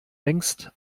längst